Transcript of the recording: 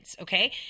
okay